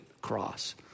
cross